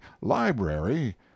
library